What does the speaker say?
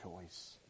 choice